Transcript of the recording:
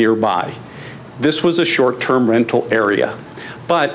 nearby this was a short term rental area but